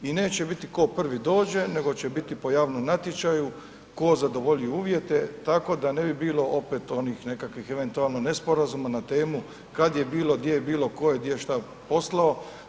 I neće biti ko prvi dođe, nego će biti po javnom natječaju, tko zadovolji uvjete tako da ne bi bilo onih nekakvih eventualno nesporazuma na temu kad je bilo, gdje je bilo, tko je gdje šta poslao.